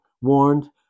warned